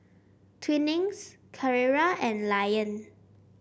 Twinings Carrera and Lion